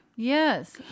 Yes